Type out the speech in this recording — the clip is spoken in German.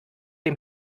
dem